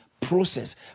process